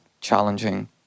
challenging